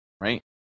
right